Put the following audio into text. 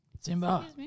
Simba